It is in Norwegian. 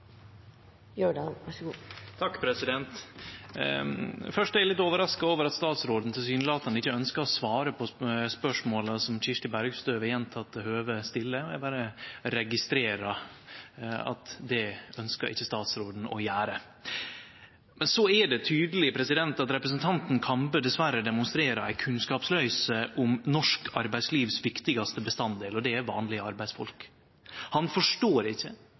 litt overraska over at statsråden tilsynelatande ikkje ønskjer å svare på spørsmålet som Kirsti Bergstø ved gjentekne høve stiller, og eg berre registrerer at statsråden ikkje ønskjer å gjere det. Så er det tydeleg at representanten Kambe dessverre demonstrerer kunnskapsløyse om den viktigaste delen av norsk arbeidsliv, og det er vanlege arbeidsfolk. Han forstår ikkje